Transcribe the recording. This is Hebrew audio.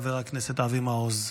חבר הכנסת אבי מעוז.